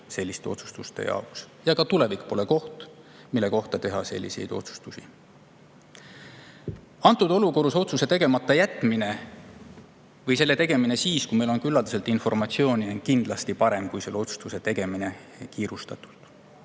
selliste otsustuste jaoks ja tulevik pole see, mille kohta selliseid otsustusi [tasub] teha. Antud olukorras otsustuse tegemata jätmine või selle tegemine siis, kui meil on küllaldaselt informatsiooni, on kindlasti parem kui selle otsustuse tegemine kiirustatult.